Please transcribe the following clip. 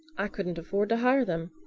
i couldn't afford to hire them.